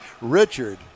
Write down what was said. Richard